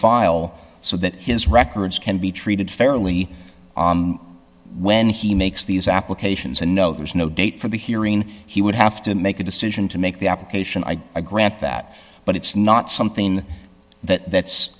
file so that his records can be treated fairly when he makes these applications and no there's no date for the hearing he would have to make a decision to make the application i grant that but it's not something that